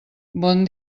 bon